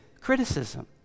criticism